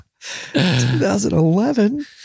2011